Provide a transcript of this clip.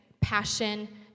passion